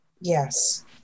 yes